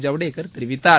ஜவ்டேகர் தெரிவித்தார்